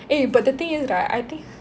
eh but the thing is right I think